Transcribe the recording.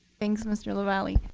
thanks, mr. lavalley.